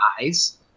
eyes